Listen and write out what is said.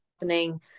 happening